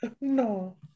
No